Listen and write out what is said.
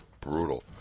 Brutal